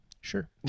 Sure